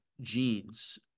genes